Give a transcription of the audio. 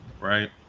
right